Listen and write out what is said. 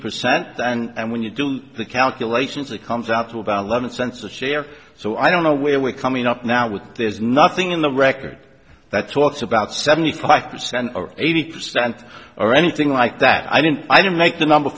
percent and when you do the calculations it comes out to about eleven cents a share so i don't know where we're coming up now with there's nothing in the record that thoughts about seventy five percent or eighty percent or anything like that i didn't make the number